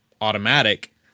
automatic